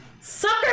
sucker